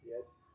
Yes